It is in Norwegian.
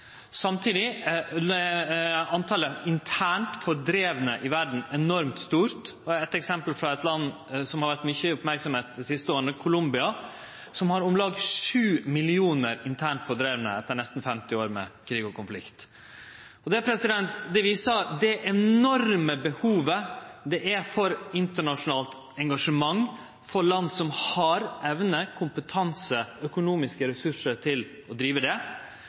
Samtidig er talet på internt fordrivne i verda enormt stort. Eit eksempel er eit land som har fått mykje merksemd dei siste åra, Colombia, som har om lag 7 millionar internt fordrivne etter nesten 50 år med krig og konflikt. Det viser det enorme behovet det er for internasjonalt engasjement frå land som har evne, kompetanse og økonomiske ressursar til å drive det.